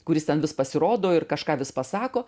kuris ten vis pasirodo ir kažką vis pasako